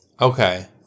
Okay